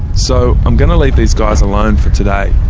so i'm going to leave these guys alone for today.